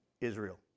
Israel